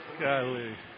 Golly